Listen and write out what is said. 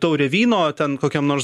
taurė vyno ten kokiam nors